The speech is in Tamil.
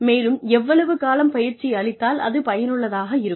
மேலும் எவ்வளவு காலம் பயிற்சி அளித்தால் அது பயனுள்ளதாக இருக்கும்